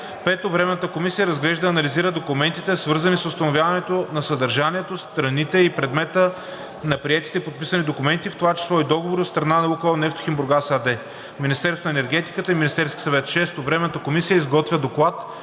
5. Временната комисия разглежда и анализира документите, свързани с установяването на съдържанието, страните и предмета на приетите и подписани документи, в това число и договори, от страна на „Лукойл Нефтохим Бургас“ АД, Министерството на енергетиката и Министерския съвет. 6. Временната комисия изготвя доклад